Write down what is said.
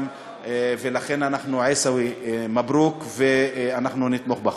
ולכן, עיסאווי, מברוכ, ואנחנו נתמוך בחוק.